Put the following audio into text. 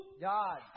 God